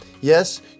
Yes